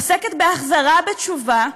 עוסקת בהחזרה בתשובה,